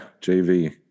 JV